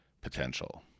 potential